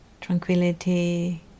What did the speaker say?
tranquility